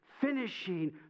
finishing